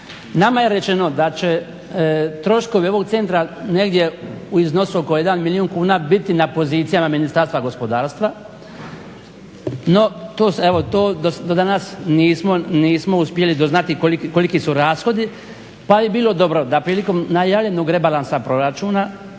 Nama je rečeno da će troškovi ovog centra negdje u iznosu oko 1 milijun kuna biti na pozicijama Ministarstva gospodarstva, no to se evo to do danas nismo uspjeli doznati koliki su rashodi pa bi bilo dobro da prilikom najavljenog rebalansa proračuna